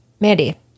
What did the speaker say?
Mandy